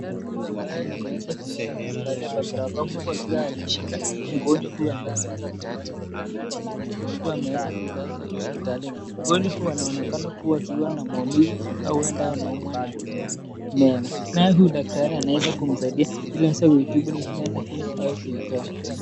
Daktari huyu ambaye ameweza kuivalia barakoa huku akiwa ameshika, mgonjwa huyu ambaye ameweza kuilaza kitandani, huku ameweza kulazwa hospitalini, mgonjwa huyu anaonakana akiwa na maumivu au uenda anaumwa na meno, naye huyu daktari anaenda kumsaidia ili aweze kuitibu meno hio au kuitoa.